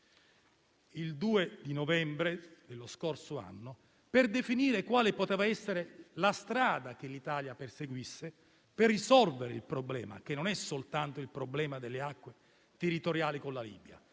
il 2 novembre dello scorso anno, per definire quale potesse essere la strada che l'Italia avrebbe potuto perseguire per risolvere il problema, che non è soltanto quello delle acque territoriali con la Libia.